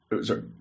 sorry